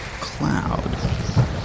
cloud